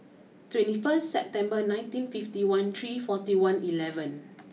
twenty four September nineteen fifty one three forty one eleven